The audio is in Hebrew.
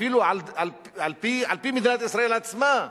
אפילו על-פי מדינת ישראל עצמה.